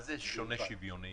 מה זה "שונה שוויוני"?